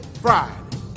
Friday